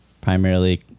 primarily